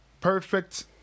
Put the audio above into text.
perfect